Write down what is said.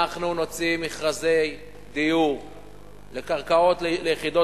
אנחנו נוציא מכרזי דיור לקרקעות ליחידות